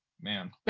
man